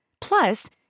Plus